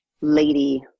lady